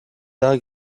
arts